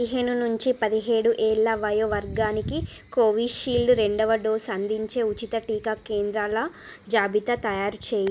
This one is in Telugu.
పదిహేను నుంచి పదిహేడు ఏళ్ల వయో వర్గానికి కోవిషీల్డ్ రెండవ డోసు అందించే ఉచిత టీకా కేంద్రాల జాబితా తయారు చేయి